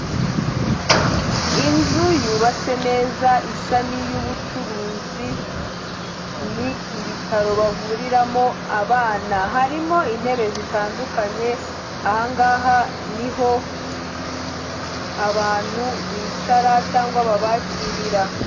Inzu yubatse neza isa n'iy'ubucuruzi, ni ibitaro bavuriramo abana, harimo intebe zitandukanye aha ngaha ni ho abantu bicara cyangwa babakirira.